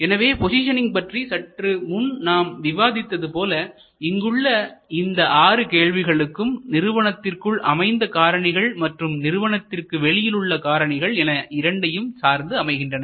எனவே போசிஷனிங் பற்றி சற்று முன் நாம் விவாதித்தது போல இங்குள்ள இந்த ஆறு கேள்விகளும் நிறுவனத்திற்குள் அமைந்த காரணிகள் மற்றும் நிறுவனத்திற்கு வெளியிலுள்ள காரணிகள் என இரண்டையும் சார்ந்து அமைகின்றன